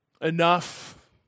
enough